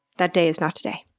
that day is not today.